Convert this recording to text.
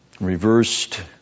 Reversed